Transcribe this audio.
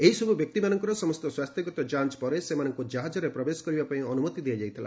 ଏହିସବ୍ ବ୍ୟକ୍ତିମାନଙ୍କର ସମସ୍ତ ସ୍ୱାସ୍ଥ୍ୟଗତ ଯାଞ୍ଚ ପରେ ସେମାନଙ୍କୁ ଜାହାକରେ ପ୍ରବେଶ କରିବାପାଇଁ ଅନୁମତି ଦିଆଯାଇଥିଲା